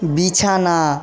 বিছানা